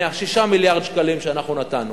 מ-6 מיליארד שקלים שאנחנו נתנו,